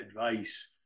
advice